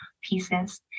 pieces